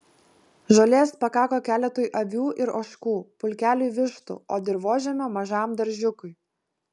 žolės pakako keletui avių ir ožkų pulkeliui vištų o dirvožemio mažam daržiukui